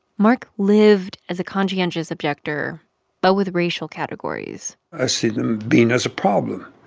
mark lived as a conscientious objector but with racial categories i see them being as a problem,